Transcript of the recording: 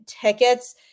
tickets